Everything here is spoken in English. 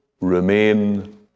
remain